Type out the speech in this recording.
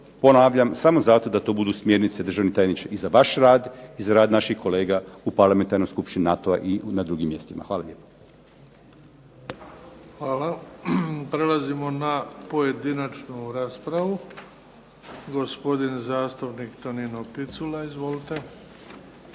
ponavljam samo zato da to budu smjernice državni tajniče i za vaš rad i za rad naših kolega u parlamentarnoj skupštini NATO-a i na drugim mjestima. Hvala lijepo. **Bebić, Luka (HDZ)** Hvala. Prelazimo na pojedinačnu raspravu. Gospodin zastupnik Tonino Picula. Izvolite.